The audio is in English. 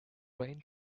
rain